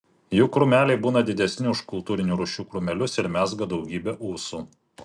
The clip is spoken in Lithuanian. jų krūmeliai būna didesni už kultūrinių rūšių krūmelius ir mezga daugybę ūsų